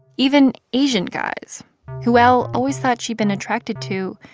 even asian guys who l always thought she'd been attracted to,